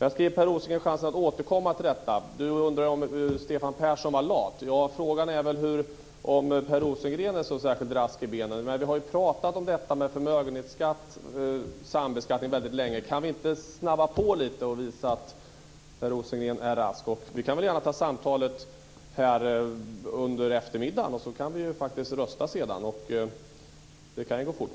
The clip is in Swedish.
Jag ska ge Per Rosengren en chans att återkomma till detta. Per Rosengren undrade om Stefan Persson var lat. Frågan är om Per Rosengren är så särskilt rask i benen. Vi har ju talat om detta med förmögenhetsskatt och sambeskattning väldigt länge. Går det inte att snabba på lite och visa att Per Rosengren är rask? Vi kan gärna ta samtalet här under eftermiddagen för att faktiskt rösta sedan. Det kan ju gå fort.